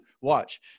watch